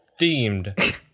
themed